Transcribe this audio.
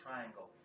Triangle